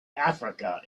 africa